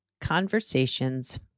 conversations